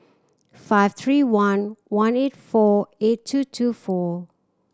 five three one one eight four eight two two four